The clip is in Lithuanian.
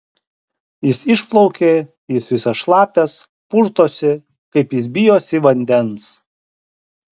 jis išplaukė jis visas šlapias purtosi kaip jis bijosi vandens